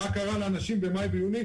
מה קרה לאנשים במאי ויוני?